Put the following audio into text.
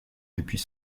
depuis